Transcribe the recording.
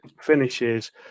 finishes